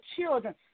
children